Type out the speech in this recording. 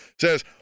says